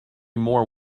more